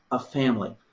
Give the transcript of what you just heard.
a family.